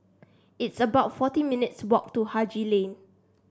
it's about forty minutes' walk to Haji Lane